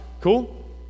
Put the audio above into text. Cool